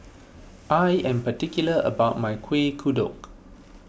I am particular about my Kuih Kodok